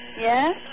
Yes